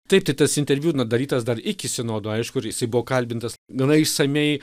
taip tai tas interviu na darytas dar iki sinodo aišku ir jisai buvo kalbintas gana išsamiai